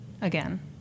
again